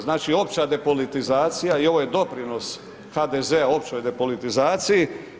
Znači opća depolitizacija i ovaj doprinos HDZ-a općoj depolitizaciji.